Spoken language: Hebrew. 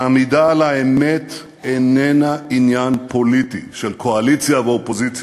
העמידה על האמת איננה עניין פוליטי של קואליציה ואופוזיציה,